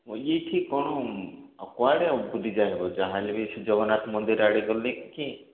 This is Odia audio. ମୁଇଁ ଏଇଠି କ'ଣ ଆଉ କୁଆଡ଼େ ବୁଲିଯାଇ ହେବ ଯାହାହେଲେ ବି ଶ୍ରୀ ଜଗନ୍ନାଥ ମନ୍ଦିର ଆଡ଼େ ଗଲେ କି